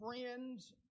friends